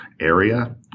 area